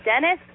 Dennis